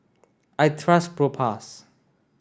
I trust Propass